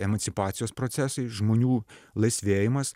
emancipacijos procesai žmonių laisvėjimas